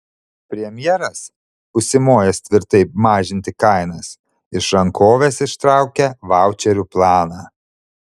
premjeras užsimojęs tvirtai mažinti kainas iš rankovės ištraukė vaučerių planą